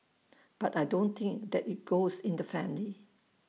but I don't think that IT goes in the family